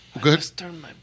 Good